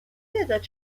تعداد